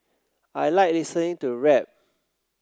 I like listening to rap